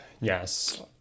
Yes